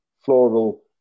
floral